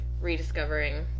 rediscovering